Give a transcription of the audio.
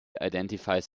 identifies